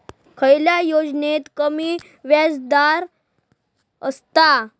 खयल्या योजनेत कमी व्याजदर असता?